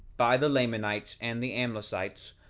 by the lamanites and the amlicites,